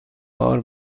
بار